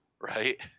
right